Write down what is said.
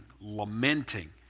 lamenting